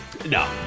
No